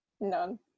None